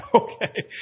Okay